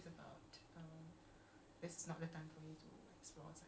ya let her it's not about like a restrictive right